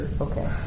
Okay